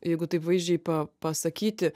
jeigu taip vaizdžiai pa pasakyti